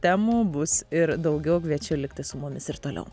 temų bus ir daugiau kviečiu likti su mumis ir toliau